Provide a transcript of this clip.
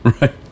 right